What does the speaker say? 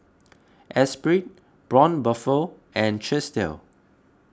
Esprit Braun Buffel and Chesdale